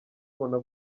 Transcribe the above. ubona